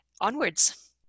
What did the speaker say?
onwards